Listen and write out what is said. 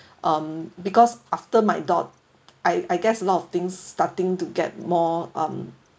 um because after my dog I I guess a lot of things starting to get more um